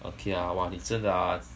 okay ah !wah! 你真的 ah